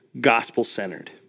gospel-centered